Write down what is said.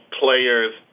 players